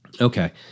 Okay